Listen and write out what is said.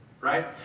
right